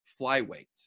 flyweight